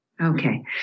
Okay